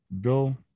Bill